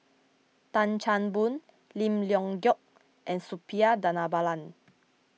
Tan Chan Boon Lim Leong Geok and Suppiah Dhanabalan